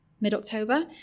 mid-October